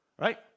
right